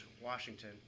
Washington